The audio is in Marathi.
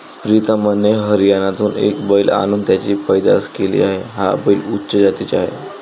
प्रीतमने हरियाणातून एक बैल आणून त्याची पैदास केली आहे, हा बैल उच्च जातीचा आहे